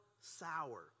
sour